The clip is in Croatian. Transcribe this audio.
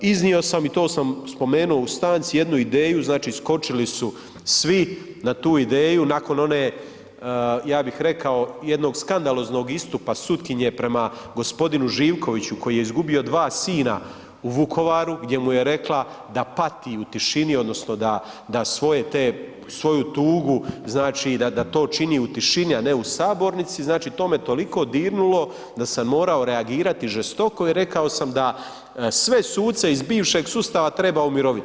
Iznio sam i to sam spomenuo u stanci, jednu ideju, znači skočili su svi na tu ideju, nakon one, ja bih rekao jednog skandaloznog istupa sutkinje prema g. Živkoviću koji je izgubio 2 sina u Vukovaru gdje mu je rekla da pati u tišini odnosno da svoje te, svoju tugu znači da to čini u tišini a ne u sabornici, znači to me toliko dirnulo da sam morao reagirati žestoko i rekao sam da sve suce iz bivšeg sustava treba umiroviti.